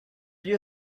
you